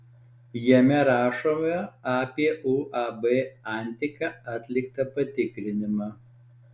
jame rašoma apie uab antika atliktą patikrinimą